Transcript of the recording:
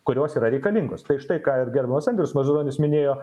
kurios yra reikalingos tai štai ką ir gerbiamas andrius mazuronis minėjo